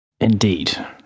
Indeed